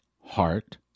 heart